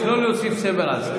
אז אני מבקש לא להוסיף סבל על סבל.